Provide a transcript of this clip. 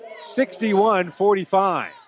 61-45